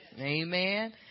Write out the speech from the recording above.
Amen